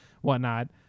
whatnot